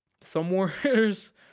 Somewheres